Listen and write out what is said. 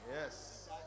Yes